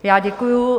Já děkuji.